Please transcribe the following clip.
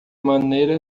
maneira